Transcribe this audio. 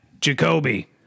Jacoby